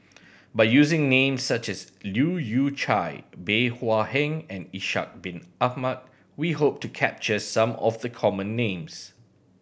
by using names such as Leu Yew Chye Bey Hua Heng and Ishak Bin Ahmad we hope to capture some of the common names